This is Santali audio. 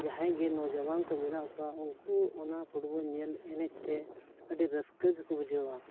ᱡᱟᱦᱟᱸᱭ ᱜᱮ ᱱᱚᱡᱚᱣᱟᱱ ᱠᱚ ᱢᱮᱱᱟᱜ ᱠᱚᱣᱟ ᱩᱱᱠᱩ ᱚᱱᱟ ᱯᱷᱩᱴᱵᱚᱞ ᱧᱮᱞ ᱮᱱᱮᱡ ᱛᱮ ᱟᱹᱰᱤ ᱨᱟᱹᱥᱠᱟᱹ ᱜᱮᱠᱚ ᱵᱩᱡᱷᱟᱹᱣᱟ